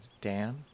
Dan